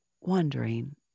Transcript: wondering